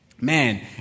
Man